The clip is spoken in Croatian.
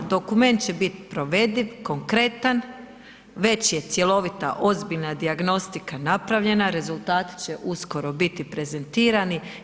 Dokument će bit provediv, konkretan, već je cjelovita ozbiljna dijagnostika napravljena, rezultati će uskoro biti prezentirani.